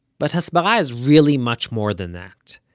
but hasbara is really much more than that.